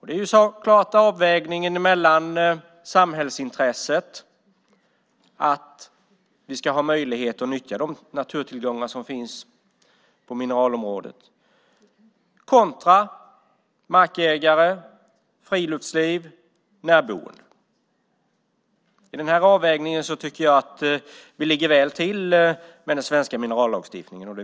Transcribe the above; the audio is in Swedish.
Det handlar om avvägningen mellan samhällsintresset - att vi ska ha möjlighet att nyttja de naturtillgångar som finns på mineralområdet - och markägare, friluftsliv och närboende. I den avvägningen ligger vi väl till med den svenska minerallagstiftningen.